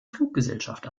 fluggesellschaft